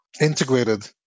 integrated